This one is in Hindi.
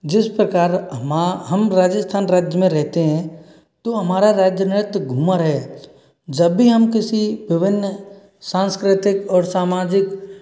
जिस प्रकार हमा हम राजस्थान राज्य में रहते है तो हमारा राज्य नृत्य घूमर है जब भी हम किसी विभिन्न सांस्कृतिक और सामाजिक